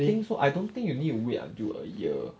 I think so I don't think you need to wait until a year